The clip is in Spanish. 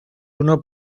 unos